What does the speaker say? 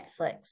Netflix